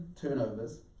turnovers